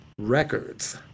records